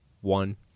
one